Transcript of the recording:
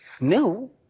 new